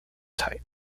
type